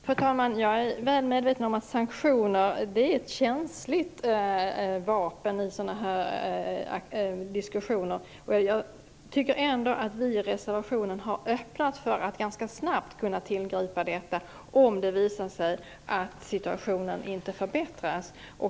Fru talman! Jag är väl medveten om att sanktioner är ett känsligt vapen i sådana här diskussioner. Jag tycker ändå att vi i reservationen har öppnat för att ganska snabbt kunna tillgripa detta om det visar sig att situationen inte förbättras.